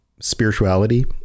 spirituality